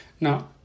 Now